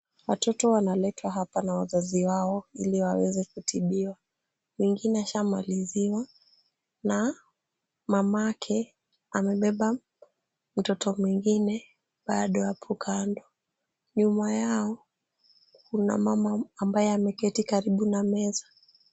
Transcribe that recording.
Watoto wanaletwa hapa na wazazi wao ili waweze kutibiwa. Wengine washamaliziwa na mamake amebeba mtoto mwingine bado hapo kando. Nyuma yao kuna mama ambaye ameketi karibu na meza.